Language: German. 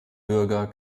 bürger